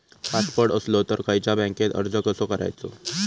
Passport असलो तर खयच्या बँकेत अर्ज कसो करायचो?